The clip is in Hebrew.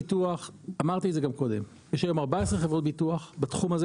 יש היום 14 חברות ביטוח בתחום הזה